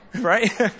right